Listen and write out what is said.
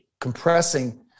compressing